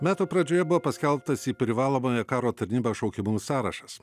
metų pradžioje buvo paskelbtas į privalomąją karo tarnybą šaukiamųjų sąrašas